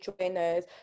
joiners